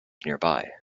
nearby